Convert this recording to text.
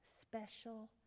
special